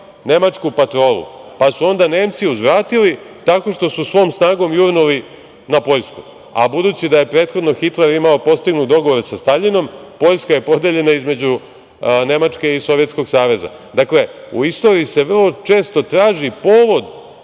nemačku patrolu, pa su onda Nemci uzvratili tako što su svom snagom jurnuli na Poljsku, a budući da je prethodno Hitler imao postignut dogovor sa Staljinom Poljska je podeljena između Nemačke i Sovjetskog Saveza. Dakle, u istoriji se vrlo često traži povod